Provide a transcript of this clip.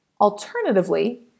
Alternatively